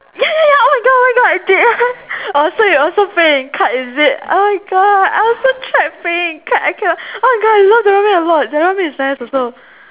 ya ya ya oh my god oh my god it did I was so it was so pain you cut is it oh my god I also tried paying cut I cannot oh my god I love the ramen a lot the ramen is nice also